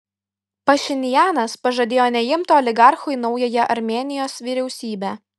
pašinianas pažadėjo neimti oligarchų į naująją armėnijos vyriausybę